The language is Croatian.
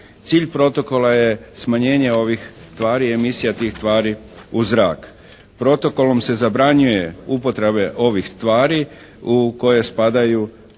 Cilj Protokola je smanjenje ovih tvari, emisija tih tvari u zrak. Protokolom se zabranjuje upotreba ovih tvari u koje spadaju